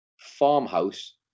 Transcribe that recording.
farmhouse